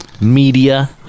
media